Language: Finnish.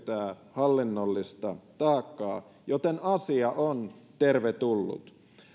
hallinnollista taakkaa joten asia on tervetullut